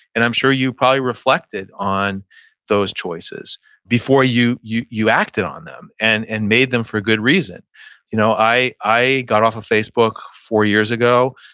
and i'm sure you probably reflected on those choices before you you acted on them and and made them for good reason you know i i got off of facebook four years ago.